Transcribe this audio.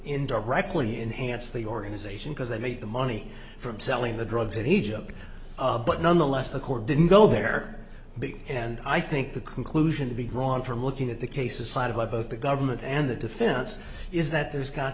indirectly enhanced the organization because they made the money from selling the drugs in egypt but nonetheless the court didn't go there be and i think the conclusion to be drawn from looking at the cases cited by both the government and the defense is that there's got